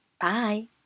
bye